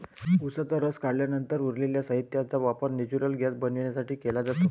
उसाचा रस काढल्यानंतर उरलेल्या साहित्याचा वापर नेचुरल गैस बनवण्यासाठी केला जातो